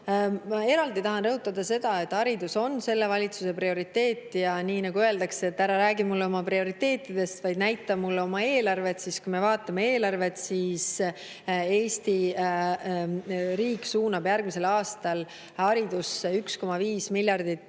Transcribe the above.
tahan rõhutada seda, et haridus on selle valitsuse prioriteet. Öeldakse, et ära räägi mulle oma prioriteetidest, vaid näita mulle oma eelarvet. Kui me vaatame eelarvet, siis Eesti riik suunab järgmisel aastal haridusse 1,5 miljardit